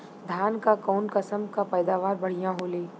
धान क कऊन कसमक पैदावार बढ़िया होले?